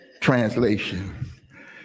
translation